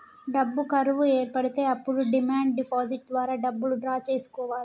డబ్బు కరువు ఏర్పడితే అప్పుడు డిమాండ్ డిపాజిట్ ద్వారా డబ్బులు డ్రా చేసుకోవాలె